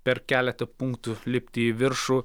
per keletą punktų lipti į viršų